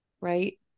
right